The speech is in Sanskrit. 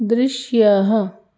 दृश्यः